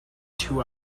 two